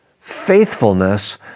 faithfulness